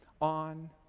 on